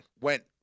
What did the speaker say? went